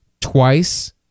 twice